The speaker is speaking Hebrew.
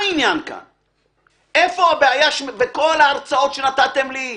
כל ההרצאות שנתתם לי,